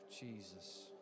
Jesus